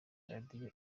radiyo